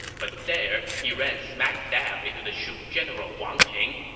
but there, he ran smack dab into the shu general wang ping.